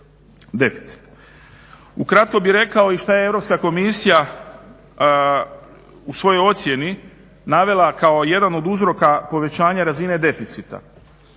Ukratko bih rekao i šta je Europska komisija u svojoj ocjeni navela kao jedan od uzroka povećanja razine deficita.